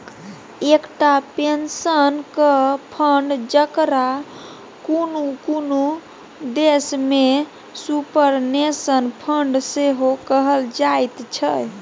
एकटा पेंशनक फंड, जकरा कुनु कुनु देश में सुपरनेशन फंड सेहो कहल जाइत छै